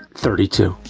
thirty two.